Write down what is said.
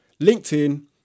LinkedIn